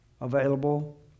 available